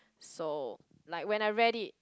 so like when I read it